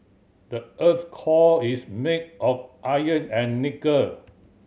the earth's core is made of iron and nickel